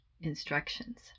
instructions